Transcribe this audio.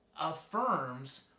affirms